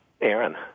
Aaron